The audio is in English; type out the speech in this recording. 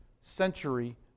century